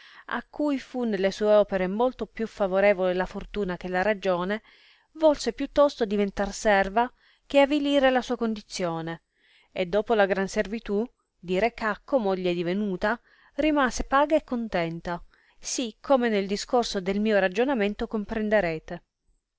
a cui fu nelle sue opere molto più favorevole la fortuna che la ragione volse più tosto diventar serva che avilire la sua condizione e dopo la gran servitù di re cacco moglie divenuta rimase paga e contenta sì come nel discorso del mio ragionamento comprenderete